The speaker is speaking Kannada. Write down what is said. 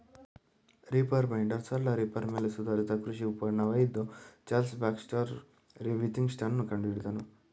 ರೀಪರ್ ಬೈಂಡರ್ ಸರಳ ರೀಪರ್ ಮೇಲೆ ಸುಧಾರಿಸಿದ ಕೃಷಿ ಉಪಕರಣವಾಗಿದ್ದು ಚಾರ್ಲ್ಸ್ ಬ್ಯಾಕ್ಸ್ಟರ್ ವಿಥಿಂಗ್ಟನ್ ಕಂಡುಹಿಡಿದನು